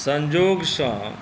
सन्जोगसँ